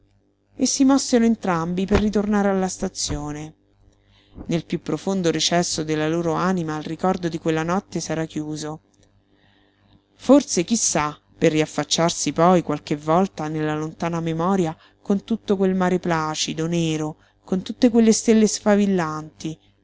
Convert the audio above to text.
e si mossero entrambi per ritornare alla stazione nel piú profondo recesso della loro anima il ricordo di quella notte s'era chiuso forse chi sa per riaffacciarsi poi qualche volta nella lontana memoria con tutto quel mare placido nero con tutte quelle stelle sfavillanti